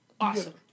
Awesome